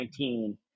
2019